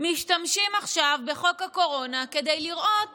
משתמשים עכשיו בחוק הקורונה כדי לראות